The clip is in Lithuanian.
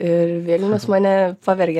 ir vilnius mane pavergė